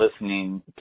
listening